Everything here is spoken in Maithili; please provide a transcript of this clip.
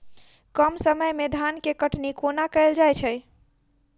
कम समय मे धान केँ कटनी कोना कैल जाय छै?